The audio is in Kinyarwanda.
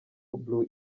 blue